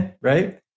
right